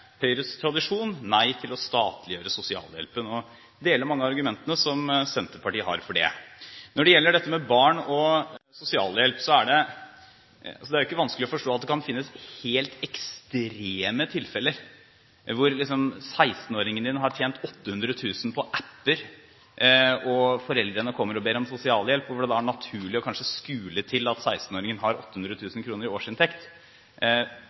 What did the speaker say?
Høyres tradisjon nei til å statliggjøre sosialhjelpen. Det gjelder mange av argumentene som Senterpartiet har for det. Når det gjelder dette med barn og sosialhjelp, er det ikke vanskelig å forstå at det kan finnes helt ekstreme tilfeller. Når 16-åringen har tjent 800 000 kr på app-er, og foreldrene kommer og ber om sosialhjelp, er det naturlig kanskje å skule til at 16-åringen har 800 000 kr i årsinntekt.